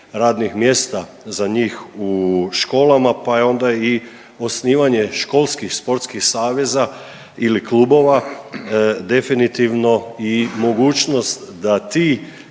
radnih mjesta za njih u školama, pa je onda i osnivanje školskih sportskih saveza ili klubova definitivno i mogućnost da ti